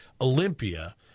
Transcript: Olympia